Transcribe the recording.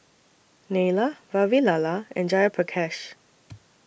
Neila Vavilala and Jayaprakash